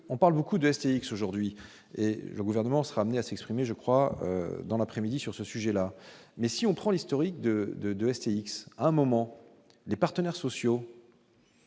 on parle beaucoup de STX aujourd'hui et le gouvernement sera amené à s'exprimer, je crois, dans l'après-midi, sur ce sujet-là, mais si on prend l'historique de de de STX, à un moment, les partenaires sociaux.